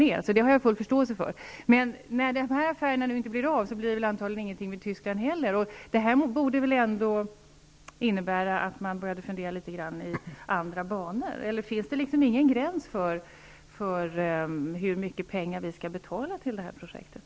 När nu denna affär inte har blivit av, blir det väl antagligen inte någon affär med Tyskland heller. Det här borde väl innebära att man skall börja fundera i litet andra banor? Finns det ingen gräns för hur mycket pengar som skall ges till projektet?